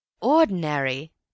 Ordinary